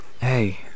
hey